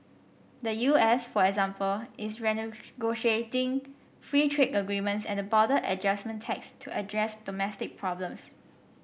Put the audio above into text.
the U S for example is renegotiating free trade agreements and the border adjustment tax to address domestic problems